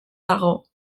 dago